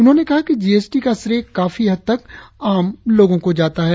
उन्होंने कहा कि जीएसटी का श्रेय काफी हद तक आम लोगों को जाता है